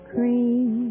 Cream